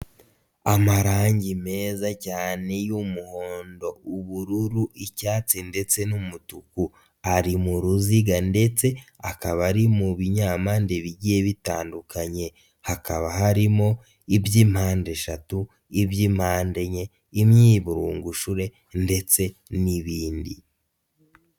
Amarangi meza cyane y'umuhondo, ubururu, icyatsi ndetse n'umutuku, ari mu ruziga ndetse akaba ari mu binyampande bigiye bitandukanye, hakaba harimo iby'impande eshatu, iby'impande enye, imyiburungushure ndetse n'ibindi.